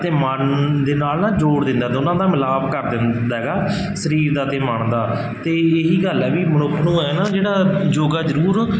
ਅਤੇ ਮਨ ਦੇ ਨਾਲ ਨਾ ਜੋੜ ਦਿੰਦਾ ਦੋਨਾਂ ਦਾ ਮਿਲਾਪ ਕਰ ਦਿੰਦਾ ਹੈਗਾ ਸਰੀਰ ਦਾ ਅਤੇ ਮਨ ਦਾ ਅਤੇ ਇਹੀ ਗੱਲ ਹੈ ਵੀ ਮਨੁੱਖ ਨੂੰ ਇਹ ਨਾ ਜਿਹੜਾ ਯੋਗਾ ਜ਼ਰੂਰ